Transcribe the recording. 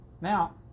Now